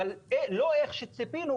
אבל לא כפי שציפינו,